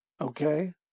Okay